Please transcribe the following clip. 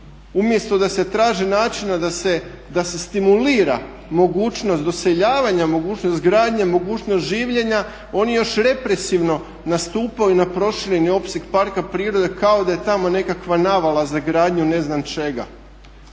umjesto da se traži načina da se stimulira mogućnost doseljavanja, mogućnost gradnje, mogućnost življenja oni još represivno nastupaju na prošireni opseg parka prirode kao da je tamo nekakva navala za gradnju ne znam čega.